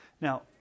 Now